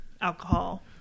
alcohol